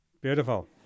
Beautiful